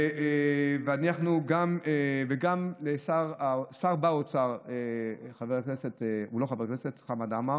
וגם לשר במשרד האוצר חמד עמאר,